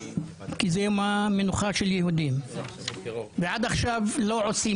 כי זה יום המנוחה של היהודים; ועד עכשיו לא עושים